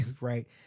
right